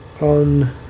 on